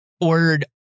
ordered